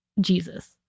Jesus